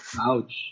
Ouch